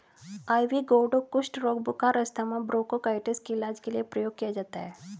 ivy gourd कुष्ठ रोग, बुखार, अस्थमा, ब्रोंकाइटिस के इलाज के लिए प्रयोग किया जाता है